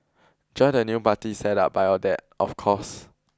join the new party set up by your dad of course